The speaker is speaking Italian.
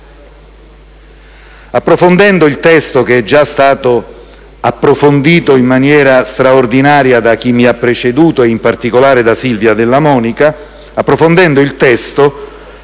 Approfondendo il testo, che è già stato approfondito in maniera straordinaria da chi mi ha preceduto, in particolare da Silvia Della Monica, ci si